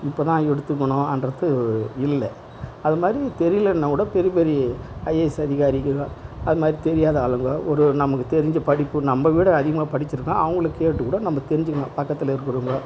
இப்போ தான் எடுத்துக்கணும் என்றது இல்ல அது மாதிரி தெரியலைன்னா கூட பெரிய பெரிய ஐஏஎஸ் அதிகாரிகள் அது மாதிரி தெரியாத ஆளெல்லாம் ஒரு ஒரு நமக்கு தெரிஞ்ச படிப்பு நம்மை விட அதிகமாக படித்திருக்கான் அவுங்கள கேட்டு கூட நம்ம தெரிஞ்சுக்கணும் பக்கத்தில் இருக்கிறவங்க